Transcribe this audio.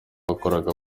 bakoraga